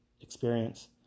experience